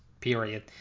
period